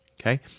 Okay